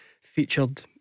featured